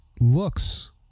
looks